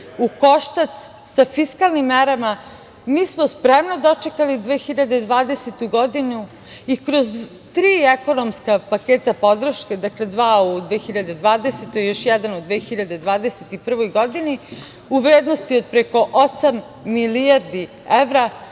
u koštac sa fiskalnim merama, mi smo spremno dočekali 2020. godinu i kroz tri ekonomska paketa podrške, dakle dva u 2020. godini i još jedan u 2021. godini u vrednosti od preko osam milijardi evra,